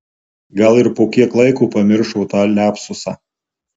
gal ir po kiek laiko pamiršo tą liapsusą